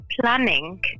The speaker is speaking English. planning